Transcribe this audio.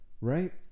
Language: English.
right